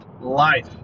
Life